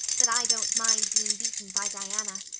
but i don't mind being beaten by diana.